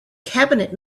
cabinet